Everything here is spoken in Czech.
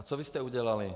A co jste udělali?